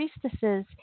priestesses